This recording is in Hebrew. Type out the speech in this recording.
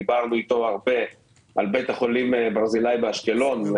דיברנו איתו הרבה על בית החולים ברזילי באשקלון,